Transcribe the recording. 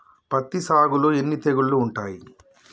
పత్తి సాగులో ఎన్ని తెగుళ్లు ఉంటాయి?